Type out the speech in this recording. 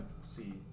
see